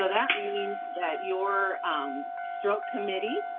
ah that means that your stroke committee,